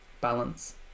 balance